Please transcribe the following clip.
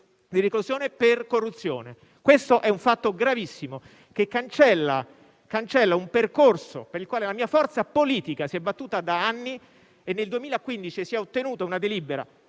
di reclusione per corruzione. Questo è un fatto gravissimo che cancella un percorso per il quale la mia forza politica si è battuta per anni e che va contro la delibera